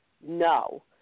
No